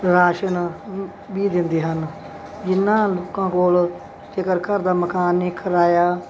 ration ਵ ਵੀ ਦਿੰਦੇ ਹਨ ਜਿਹਨਾਂ ਲੋਕਾਂ ਕੋਲ ਜੇਕਰ ਘਰ ਦਾ ਮਕਾਨ ਨੇ ਕਿਰਾਇਆ